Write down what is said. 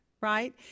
right